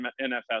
NFS